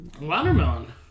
Watermelon